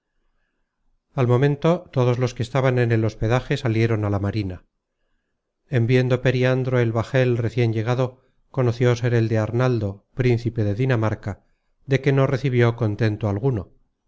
al momento todos los que estaban en el hospedaje salieron a la marina en viendo periandro el bajel recien llegado conoció ser el de arnaldo principe de dinamarca de que no recibió contento alguno